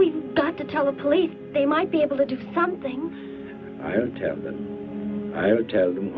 we got to tell the police they might be able to do from things i would tell them